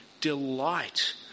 delight